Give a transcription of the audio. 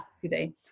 Today